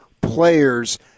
players